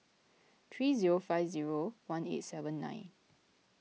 three zero five zero one eight seven nine